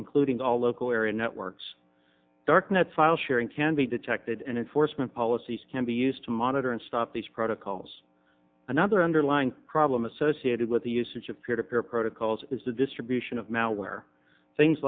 including all local area networks darknet file sharing can be detected and enforcement policies can be used to monitor and stop these protocols another underlying problem associated with the usage of peer to peer protocols is the distribution of malware things